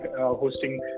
hosting